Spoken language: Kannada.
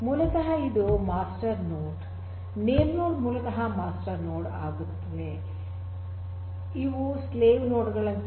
ಮೂಲತಃ ಇದು ಮಾಸ್ಟರ್ ನೋಡ್ ನೇಮ್ ನೋಡ್ ಮೂಲತಃ ಮಾಸ್ಟರ್ ನೋಡ್ ಆಗುತ್ತದೆ ಇವು ಸ್ಲೇವ್ ನೋಡ್ ಗಳಂತೆ